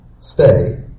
stay